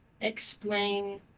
explain